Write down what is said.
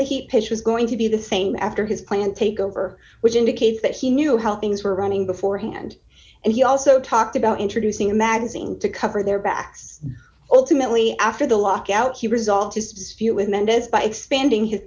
the heat pitch was going to be the same after his planned takeover which indicates that he knew how things were running beforehand and he also talked about introducing a magazine to cover their backs alternately after the lockout result is few with mendez by expanding his